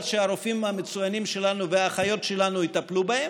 עד שהרופאים המצוינים שלנו והאחיות שלנו יטפלו בהם,